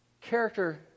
character